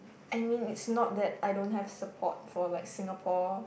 I mean it's not that I don't have support for like Singapore